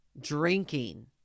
drinking